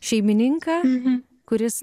šeimininką kuris